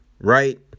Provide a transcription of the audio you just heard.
right